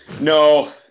No